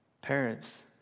Parents